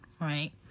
right